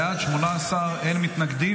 בעד, 18, אין מתנגדים.